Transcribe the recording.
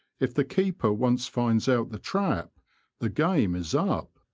if the keeper once finds out the trap the game is up.